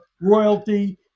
royalty